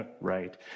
right